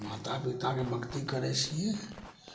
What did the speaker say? माता पितामे भक्ति करे से ही